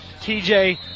TJ